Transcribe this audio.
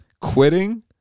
quitting